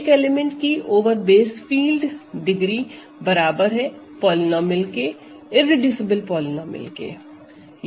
एक एलिमेंट की over base field डिग्रीबराबर है पॉलीनोमिअल के इररेडूसिबल पॉलीनोमिअल के